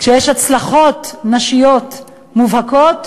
כשיש הצלחות נשיות מובהקות,